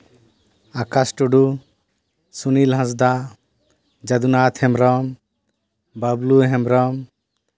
Akash Tudu Sunil Hansda Jodunath Hembrom Bablu Hembrom